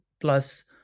plus